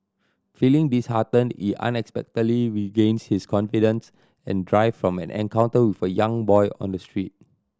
feeling disheartened he unexpectedly regains his confidence and drive from an encounter with a young boy on the street